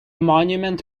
monument